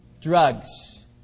drugs